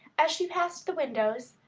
as she passed the windows,